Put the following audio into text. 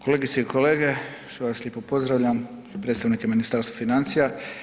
Kolegice i kolege sve vas lijepo pozdravljam i predstavnike Ministarstva financija.